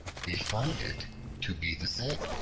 we find it to be the same.